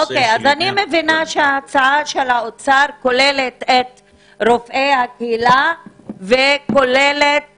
אני מבינה שהצעת האוצר כוללת את רופאי הקהילה וכוללת